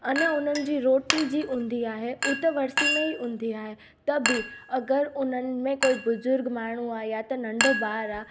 अने उन्हनि जी रोटी जी हूंदी आहे उहा त वरिसी में ई हूंदी आहे त बि अगरि उन्हनि में कोई बुज़ुर्ग माण्हू आहे या त नंढो ॿार आहे